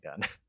done